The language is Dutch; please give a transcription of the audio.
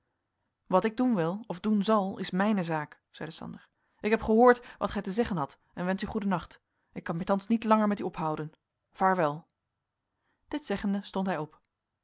wat ik doen wil of doen zal is mijne zaak zeide sander ik heb gehoord wat gij te zeggen hadt en wensch u goeden nacht ik kan mij thans niet langer met u ophouden vaarwel dit zeggende stond hij op